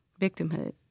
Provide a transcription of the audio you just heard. Victimhood